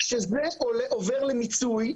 כשזה עובר למיצוי,